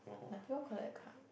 like people collect card